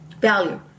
value